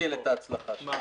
לסכל את ההצלחה של זה.